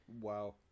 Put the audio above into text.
wow